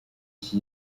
iki